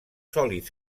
sòlids